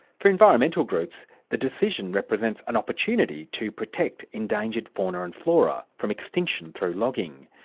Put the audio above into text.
for environmental groups the decision represents an opportunity to protect endangered fauna and flora from extinction through logging.